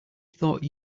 thought